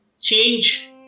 change